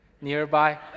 nearby